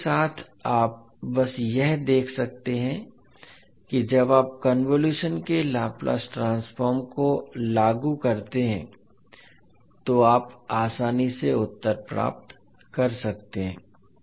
तो इसके साथ आप बस यह देख सकते हैं कि जब आप कन्वोलुशन के लाप्लास ट्रांसफॉर्म को लागू करते हैं तो आप आसानी से उत्तर प्राप्त कर सकते हैं